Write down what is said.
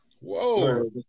Whoa